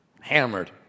Hammered